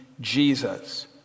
Jesus